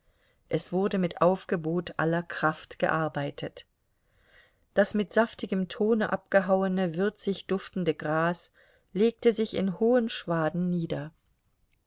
es wurde mit aufgebot aller kraft gearbeitet das mit saftigem tone abgehauene würzig duftende gras legte sich in hohen schwaden nieder